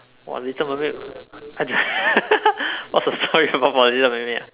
!wah! little mermaid I don't what's the story about the little mermaid